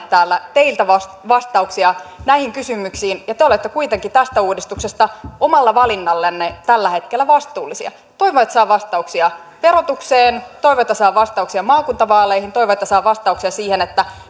täällä teiltä vastauksia vastauksia näihin kysymyksiin te olette kuitenkin tästä uudistuksesta omalla valinnallanne tällä hetkellä vastuullisia toivon että saan vastauksia verotukseen toivon että saan vastauksia maakuntavaaleihin toivon että saan vastauksia siihen